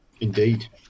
Indeed